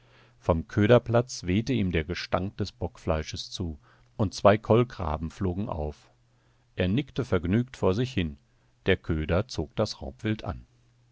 vom köderplatz wehte ihm der gestank des bockfleisches zu und zwei kolkraben flogen auf er nickte vergnügt vor sich hin der köder zog das raubwild an